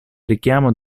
richiamo